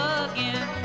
again